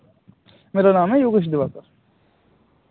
मेरा नाम है योगेश दिवाकर